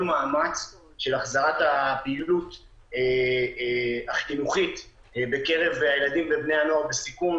מאמץ של החזרת הפעילות החינוכית בקרב הילדים ובני הנוער בסיכון.